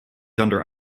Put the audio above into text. under